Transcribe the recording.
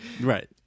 right